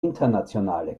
internationale